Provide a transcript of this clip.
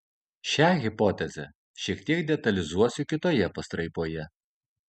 šią hipotezę šiek tiek detalizuosiu kitoje pastraipoje